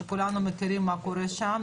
כולנו מכירים מה קורה שם.